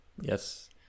yes